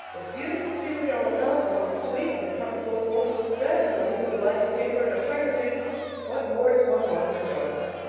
with beautiful scenery all about, and lots to eat and a comfortable four-post bed and a ream of blank paper and a pint of ink what more does one want in the world?